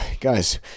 guys